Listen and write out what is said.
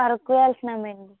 అరకు వెళుతున్నాము అండి